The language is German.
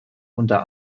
unter